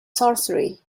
sorcery